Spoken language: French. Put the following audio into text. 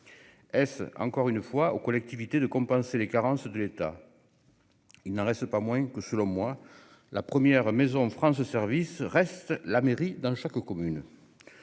est encore une fois aux collectivités de compenser les carences de l'État, il n'en reste pas moins que sur le moi, la première maison France : ce service reste la mairie dans chaque commune,